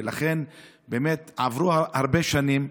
ולכן, באמת עברו הרבה שנים,